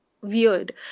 weird